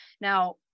Now